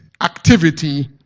activity